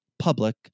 public